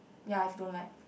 ya if you dont like